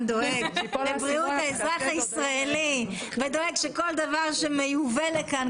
דואג לאזרח הישראלי ודואג שכל דבר שמיובא לכאן,